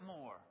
more